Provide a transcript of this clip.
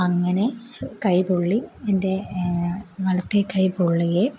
അങ്ങനെ കൈ പൊള്ളി എൻ്റെ വലത്തെ കൈ പൊള്ളുകയും